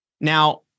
now